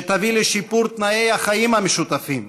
שתביא לשיפור תנאי החיים המשותפים,